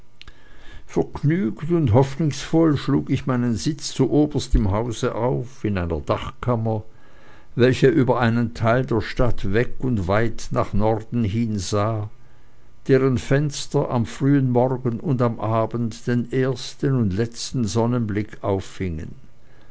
vergnügt und hoffnungsvoll schlug ich meinen sitz zuoberst im hause auf in einer dachkammer welche über einen teil der stadt weg weit nach norden hin sah deren fenster am frühen morgen und am abend den ersten und letzten sonnenblick auffingen